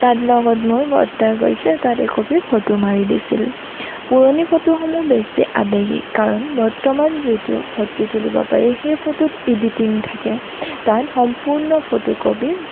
তাত লগত মোৰ বৰতা গৈছিল তাত একপি ফটো মাৰি দিছিল পুৰণি ফটোসমূহ বেছি আৱেগিক কাৰণ বৰ্তমান যিটো ফটো তুলিব পাৰি সেই ফটোত ইদিটিং থাকে তাত সম্পূৰ্ণ ফটোকপি